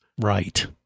Right